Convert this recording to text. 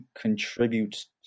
contributes